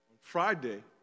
Friday